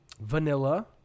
vanilla